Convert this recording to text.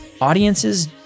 Audiences